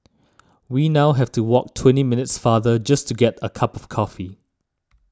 we now have to walk twenty minutes farther just to get a cup of coffee